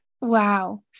Wow